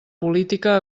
política